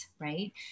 right